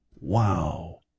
Wow